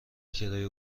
کرایه